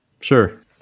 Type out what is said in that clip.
sure